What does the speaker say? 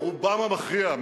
או רובם המכריע,